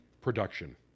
production